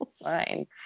Fine